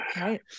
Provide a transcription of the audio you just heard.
Right